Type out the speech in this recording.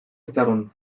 itxaron